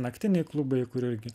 naktiniai klubai kurie irgi